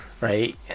Right